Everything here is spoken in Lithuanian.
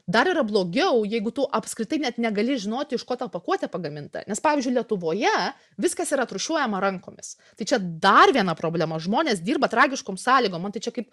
dar yra blogiau jeigu tu apskritai net negali žinoti iš ko ta pakuotė pagaminta nes pavyzdžiui lietuvoje viskas yra atrūšiuojama rankomis tai čia dar viena problema žmonės dirba tragiškom sąlygom man tai čia kaip